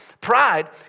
Pride